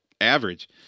average